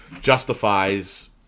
justifies